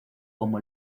como